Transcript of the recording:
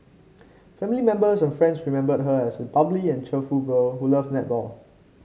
family members and friends remembered her as a bubbly and cheerful girl who loved netball